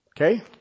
Okay